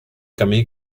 camí